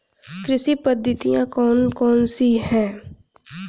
कृषि पद्धतियाँ कौन कौन सी हैं?